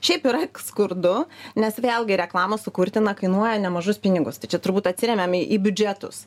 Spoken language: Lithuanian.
šiaip yra skurdu nes vėlgi reklamos sukurti na kainuoja nemažus pinigus tai čia turbūt atsiremiame į biudžetus